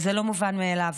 זה לא מובן מאליו,